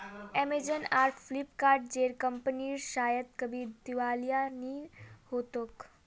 Amazon आर Flipkart जेर कंपनीर शायद कभी दिवालिया नि हो तोक